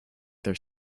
their